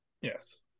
Yes